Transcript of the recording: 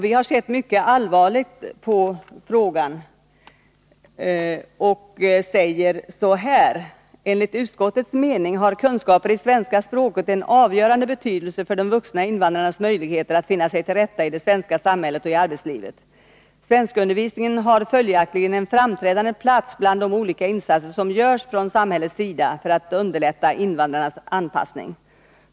Vi har sett mycket allvarligt på frågan och säger så här: ”Enligt utskottets mening har kunskaper i svenska språket en avgörande betydelse för de vuxna invandrarnas möjligheter att finna sig till rätta i det svenska samhället och i arbetslivet. Svenskundervisningen har följaktligen en framträdande plats bland de olika insatser som görs från samhällets sida för att underlätta invandrarnas anpassning.